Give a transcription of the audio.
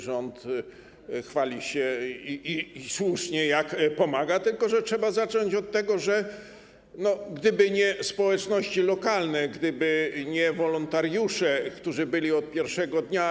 Rząd chwali się, i słusznie, jak pomaga, tylko że trzeba zacząć od tego, że gdyby nie społeczności lokalne, gdyby nie wolontariusze, którzy byli tam od pierwszego dnia.